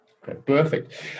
Perfect